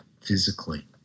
physically